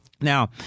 Now